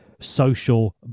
social